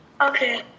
Okay